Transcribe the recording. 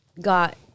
got